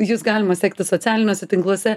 jus galima sekti socialiniuose tinkluose